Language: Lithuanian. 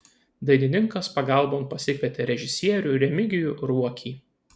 dainininkas pagalbon pasikvietė režisierių remigijų ruokį